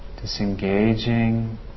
Disengaging